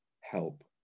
help